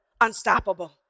unstoppable